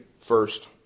first